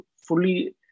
fully